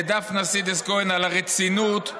לדפנה סידס כהן, על הרצינות,